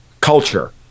culture